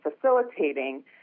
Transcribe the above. facilitating